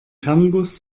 fernbus